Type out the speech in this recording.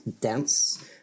dense